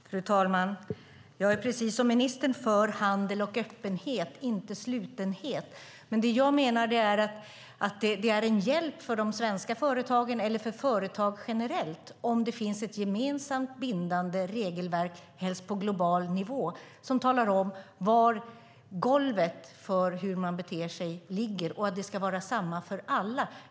Fru talman! Jag är precis som ministern för handel och öppenhet, inte slutenhet. Men jag menar att det är en hjälp för de svenska företagen och för företag generellt om det finns ett gemensamt bindande regelverk, helst på global nivå, som talar om var golvet för hur man beter sig ligger och att det ska vara samma för alla.